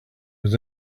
was